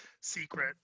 secret